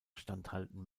standhalten